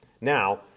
Now